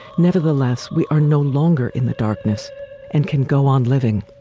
nevertheless, we are no longer in the darkness and can go on living